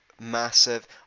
massive